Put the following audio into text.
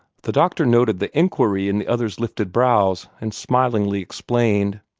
the doctor noted the inquiry in the other's lifted brows, and smilingly explained.